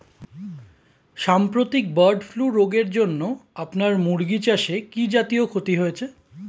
সাম্প্রতিক bird flu রোগের জন্য আপনার মুরগি চাষে কি জাতীয় ক্ষতি হয়েছে?